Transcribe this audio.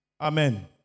Amen